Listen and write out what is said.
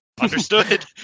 Understood